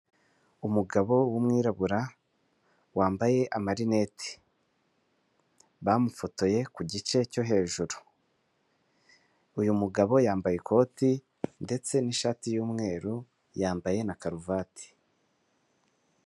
Umugabo w'umwirabura wambaye amarinete, bamufotoye ku gice cyo hejuru, uyu mugabao yambaye ikote ndetse n'ishati y'umweru na karuvati.